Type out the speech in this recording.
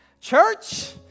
church